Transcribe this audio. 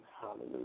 Hallelujah